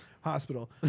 Hospital